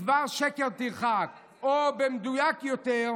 מדבר שקר תרחק, או במדויק יותר: